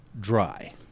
dry